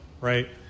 right